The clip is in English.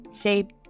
Shape